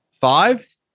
Five